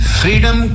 freedom